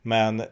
Men